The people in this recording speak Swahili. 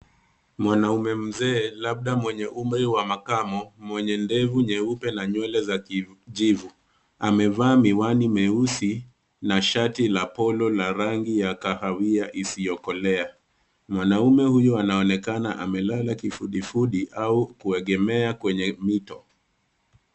Mwanaume mzee labda mwenye umri wa makamo mwenye ndevu nyeupe na nywele za kijivu amevaa miwani meusi na shati la polo la rangi ya kahawia isiyokolea. Mwanaume huyo anaonekana amelala kifudifudi au kuegemea kwenye mito.